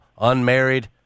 unmarried